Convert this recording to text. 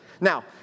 Now